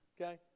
Okay